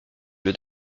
lieu